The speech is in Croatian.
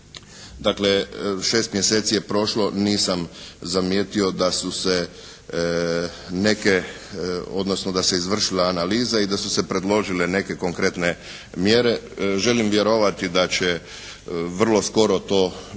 Dakle šest mjeseci je prošlo, nisam zamijetio da su se neke, odnosno da se izvršila analiza i da su se predložile neke konkretne mjere. Želim vjerovati da će vrlo skoro to biti